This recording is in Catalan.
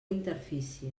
interfície